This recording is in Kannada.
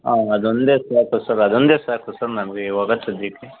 ಹಾಂ ಅದೊಂದೇ ಸಾಕು ಸರ್ ಅದೊಂದೇ ಸಾಕು ಸರ್ ನಮಗೆ ಇವಾಗ ಸದ್ಯಕ್ಕೆ